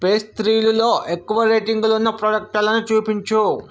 పేస్ట్రీలలో ఎక్కువ రేటింగులున్న ప్రాడక్టులను చూపించు